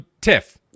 Tiff